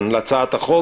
להצעת החוק,